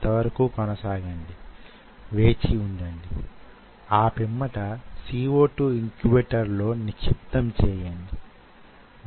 అది వొక కణమైతే మనము మైక్రాన్ పరిమాణం గురించి చర్చించుకోవచ్చు